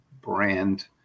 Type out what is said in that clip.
brand